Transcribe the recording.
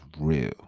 real